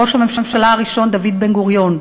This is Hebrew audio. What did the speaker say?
ראש הממשלה הראשון דוד בן-גוריון: